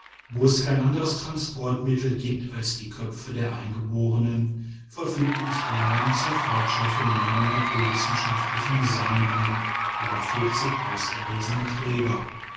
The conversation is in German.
wo es kein anderes transportmittel gibt als die köpfe der eingeborenen verfügte ich allein zur fortschaffung meiner naturwissenschaftlichen sammlungen über vierzig auserlesene träger